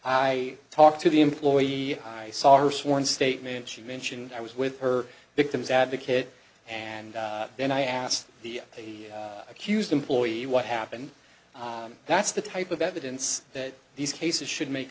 i talked to the employee i saw her sworn statement she mentioned i was with her victim's advocate and then i asked the accused employee what happened that's the type of evidence that these cases should make